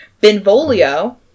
Benvolio